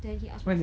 then he ask my fri~